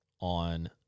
on